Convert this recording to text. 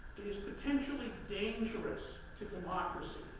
is potentially dangerous to democracy,